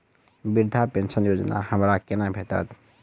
वृद्धा पेंशन योजना हमरा केना भेटत?